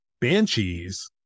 banshees